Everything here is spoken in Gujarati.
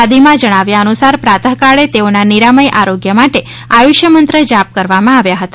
થાદી માં જણાવાયા અનુસાર પ્રાતઃ કાળે તેઓના નિરામય આરોગ્ય માટે આયુષ્યમંત્ર જાપ કરવામાં આવ્યા હતા